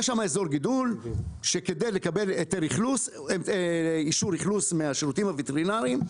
כדי לקבל אישור אכלוס מהשירותים הווטרינריים,